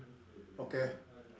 okay